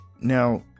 Now